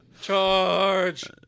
Charge